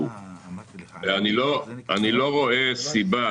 אני לא רואה סיבה,